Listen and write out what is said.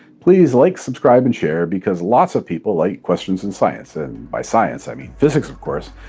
please like, subscribe, and share, because lots of people like questions and science. and, by science, i mean physics, of course,